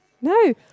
No